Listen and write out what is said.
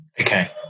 Okay